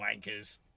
wankers